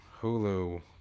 Hulu